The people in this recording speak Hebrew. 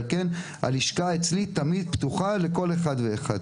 על כן הלשכה שלי אצלי תמיד פתוחה לכל אחד ואחד.